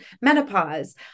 menopause